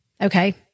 Okay